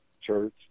church